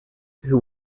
who